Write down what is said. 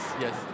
yes